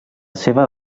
seva